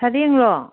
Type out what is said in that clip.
ꯁꯔꯦꯡꯂꯣ